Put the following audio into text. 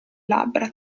labbra